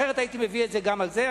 אחרת הייתי מביא את זה גם לגביהם.